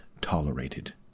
tolerated